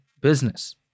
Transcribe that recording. business